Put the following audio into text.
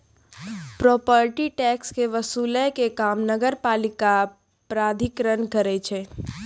property tax के वसूलै के काम नगरपालिका प्राधिकरण करै छै